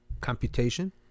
computation